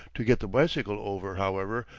to get the bicycle over, however,